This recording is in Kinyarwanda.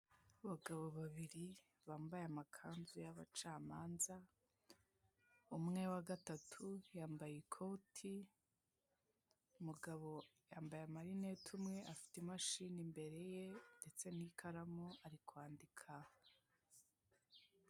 Abagabo babiri bambaye amakanzu y'abacamanza, umwe wa gatatu yambaye ikoti, umugabo yambaye amarinete umwe afite imashini imbere ye ndetse n'ikaramu ari kwandika.